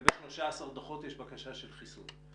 לגבי 13 דוחות יש בקשה של חיסוי.